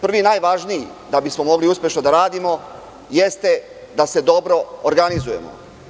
Prvi najvažniji, da bismo mogli uspešno da radimo, jeste da se dobro organizujemo.